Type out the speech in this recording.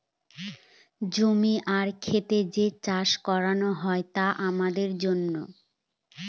জমি আর খেত যে চাষ করানো হয় তা আমাদের জন্য